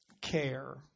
care